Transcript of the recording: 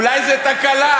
אולי זו תקלה?